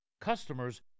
Customers